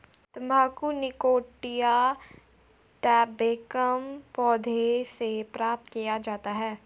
तंबाकू Nicotiana tabacum पौधे से प्राप्त किया जाता है